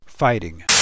Fighting